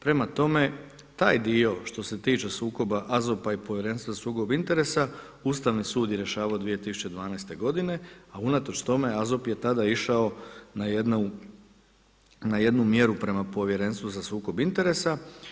Prema tome, taj dio što se tiče sukoba AZOP-a i Povjerenstva za sukob interesa Ustavni sud je rješavao 2012. a unatoč tome AZOP je tada išao na jednu mjeru prema Povjerenstvu za sukob interesa.